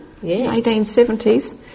1870s